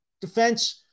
defense